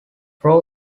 pro